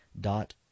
dot